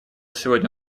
сегодня